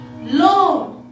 Lord